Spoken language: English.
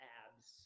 abs